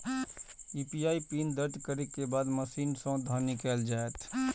UPI PIN दर्ज करै के बाद मशीन सं धन निकैल जायत